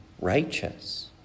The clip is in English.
righteous